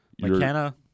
McKenna